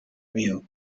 meal